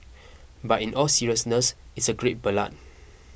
but in all seriousness it's a great ballad